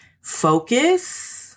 focus